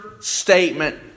statement